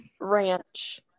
ranch